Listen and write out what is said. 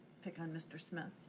pick on mr. smith.